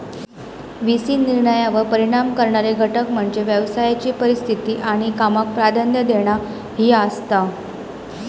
V C निर्णयांवर परिणाम करणारे घटक म्हणजे व्यवसायाची परिस्थिती आणि कामाक प्राधान्य देणा ही आसात